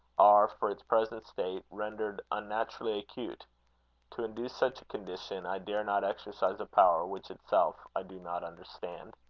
are, for its present state, rendered unnaturally acute to induce such a condition, i dare not exercise a power which itself i do not understand.